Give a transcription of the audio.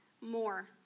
more